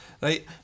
Right